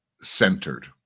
centered